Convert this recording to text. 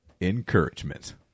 encouragement